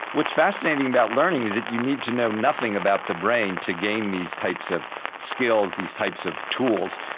what's fascinating about learning is that you'd need to know nothing about the brain to gain these types of skills, these types of tools.